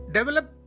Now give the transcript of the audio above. Develop